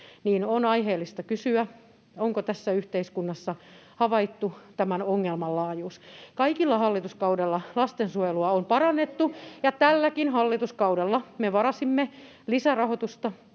on aiheellista kysyä, onko tässä yhteiskunnassa havaittu tämän ongelman laajuus. [Mika Niikko: Mitäs hallitus tekee asialle?] Kaikilla hallituskausilla lastensuojelua on parannettu, ja tälläkin hallituskaudella me varasimme lisärahoitusta